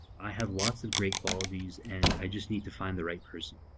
i have lots of great qualities and i just need to find the right person.